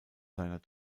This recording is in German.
seiner